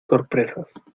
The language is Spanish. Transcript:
sorpresas